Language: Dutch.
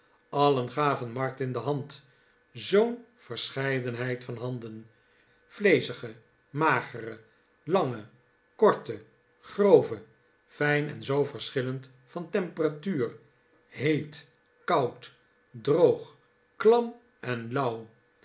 allen gaven martin de hand zoo'n verscheidenheid van handen vleezige magere lange korte grove fijn en zoo verschillend van temperatuur heet koud droog klam en lauw